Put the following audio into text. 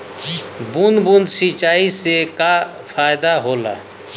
बूंद बूंद सिंचाई से का फायदा होला?